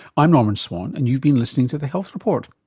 i'm norman swan, and you've been listening to the health report.